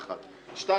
שנית,